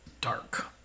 dark